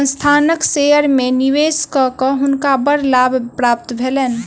संस्थानक शेयर में निवेश कय के हुनका बड़ लाभ प्राप्त भेलैन